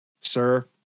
Sir